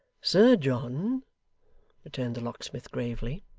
sir john returned the locksmith, gravely,